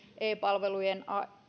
e palvelujen